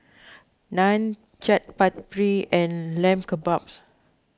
Naan Chaat Papri and Lamb Kebabs